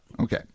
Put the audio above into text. Okay